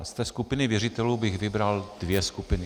Z té skupiny věřitelů bych vybral dvě skupiny.